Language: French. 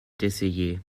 d’essayer